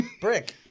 Brick